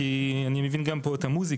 כי אני מבין גם פה את המוזיקה,